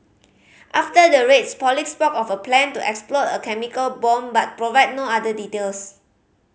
after the raids police spoke of a plan to explode a chemical bomb but provided no other details